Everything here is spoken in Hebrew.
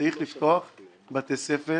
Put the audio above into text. פשוט צריך להקים בתי ספר